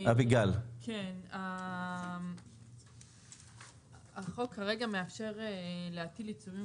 אביגיל כן, החוק כרגע מאפשר להטיל עיצומים